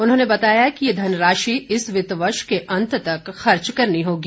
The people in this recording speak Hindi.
उन्होंने बताया कि ये धनराशि इस वित्त वर्ष के अंत तक खर्च करनी होगी